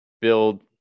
build